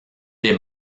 des